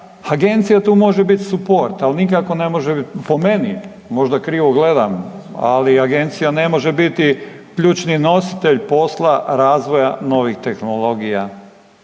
Agencija tu može bit suport, al nikako ne može bit, po meni, možda krivo gledam, ali agencija ne može biti ključni nositelj posla razvoja novih tehnologija.